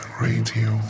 radio